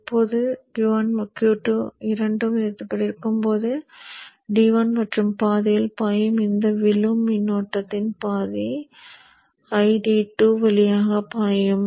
இப்போது Q1 Q2 இரண்டும் நிறுத்தபட்டிருக்கும் போது D1 மற்ற பாதியில் பாயும் இந்த விழும் மின்னோட்டத்தின் பாதி ID2 வழியாகப் பாயும்